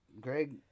Greg